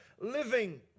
living